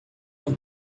uma